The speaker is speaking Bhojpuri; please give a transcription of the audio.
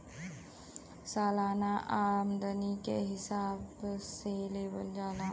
सालाना आमदनी के हिसाब से लेवल जाला